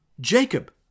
Jacob